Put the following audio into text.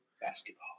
Basketball